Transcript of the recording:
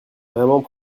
vraiment